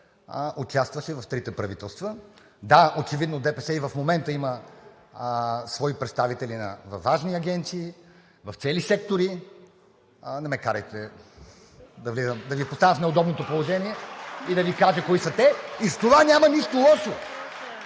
участваше в трите правителства. Да, очевидно ДПС и в момента има свои представители във важни агенции в цели сектори. Не ме карайте да Ви поставям в неудобното положение и да Ви кажа кои са те. (Ръкопляскания от